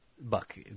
Buck